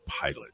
pilot